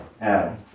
Adam